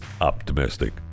optimistic